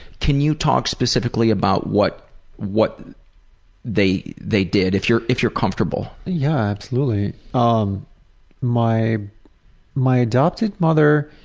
can you talk specifically about what what they they did, if you're if you're comfortable. yeah, absolutely. um my my adopted mother